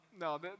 No